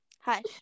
Hush